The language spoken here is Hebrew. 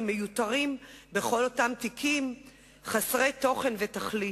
מיותרים בכל אותם תיקים חסרי תוכן ותכלית.